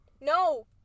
No